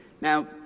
Now